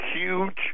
huge